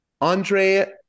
Andre